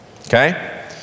Okay